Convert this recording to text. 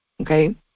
Okay